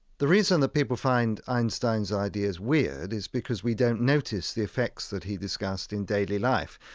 the reason that people find einstein's ideas weird is because we don't notice the effects that he discussed in daily life,